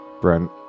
Brent